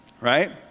right